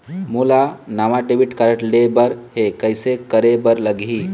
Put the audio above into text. मोला नावा debit card लेबर हे, कइसे करे बर लगही?